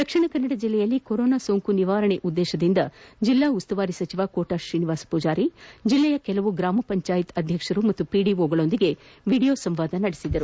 ದಕ್ಷಿಣಕನ್ನಡ ಜಿಲ್ಲೆಯಲ್ಲಿ ಕೊರೊನಾ ಸೋಂಕು ನಿವಾರಣೆ ಉದ್ದೇಶದಿಂದ ಜಿಲ್ಲಾ ಉಸ್ತುವಾರಿ ಸಚಿವ ಕೋಟ ಶ್ರೀನಿವಾಸ ಪೂಜಾರಿ ಜಿಲ್ಲೆಯ ಕೆಲವು ಗ್ರಾಮ ಪಂಚಾಯತ್ ಅಧ್ಯಕ್ಷರು ಹಾಗೂ ಪಿಡಿಒಗಳೊಂದಿಗೆ ವಿಡಿಯೋ ಸಂವಾದ ನಡೆಸಿದರು